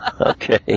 Okay